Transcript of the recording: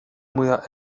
moja